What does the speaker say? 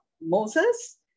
Moses